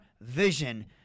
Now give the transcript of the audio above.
vision